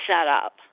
setup